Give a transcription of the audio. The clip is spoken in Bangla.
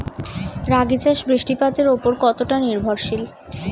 রাগী চাষ বৃষ্টিপাতের ওপর কতটা নির্ভরশীল?